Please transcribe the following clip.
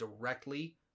directly